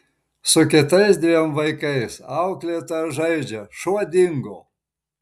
su kitais dviem vaikais auklėtoja žaidžia šuo dingo